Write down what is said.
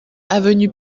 avenue